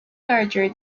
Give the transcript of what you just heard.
larger